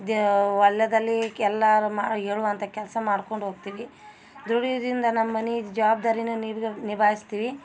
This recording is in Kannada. ದೇ ಹೊಲದಲ್ಲಿ ಎಲ್ಲಾರು ಮ ಹೇಳುವಂಥ ಕೆಲಸ ಮಾಡ್ಕೊಂಡು ಹೋಗ್ತೀವಿ ದುಡಿಯುದರಿಂದ ನಮ್ಮ ಮನೆ ಜವಾಬ್ದಾರಿನು ನಿಭಾಯಿಸ್ತೀವಿ